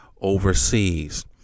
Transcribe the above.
overseas